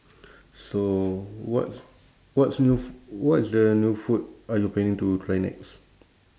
so what's what's new f~ what is the new food are you planning to try next